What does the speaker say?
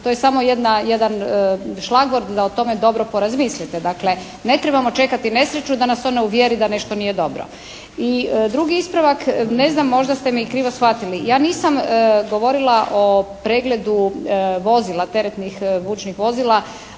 to je samo jedan šlagvord da o tome dobro porazmislite. Dakle ne trebamo čekati nesreću da nas ona uvjeri da nešto nije dobro. I drugi ispravak ne znam možda ste me krivo shvatili. Ja nisam govorila o pregledu vozila, teretnih vučnih vozila,